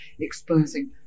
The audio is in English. exposing